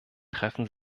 treffen